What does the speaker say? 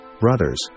brothers